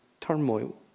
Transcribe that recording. turmoil